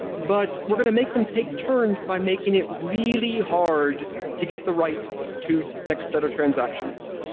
but we're going to make them take turns by making it really hard to get the right two next set of transactions.